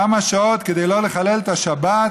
כמה שעות כדי לא לחלל את השבת,